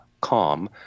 calm